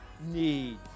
need